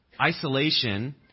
Isolation